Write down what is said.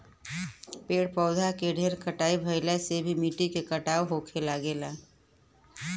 पेड़ पौधा के ढेर कटाई भइला से भी मिट्टी के कटाव होये लगेला